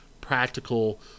practical